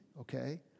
okay